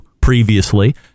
previously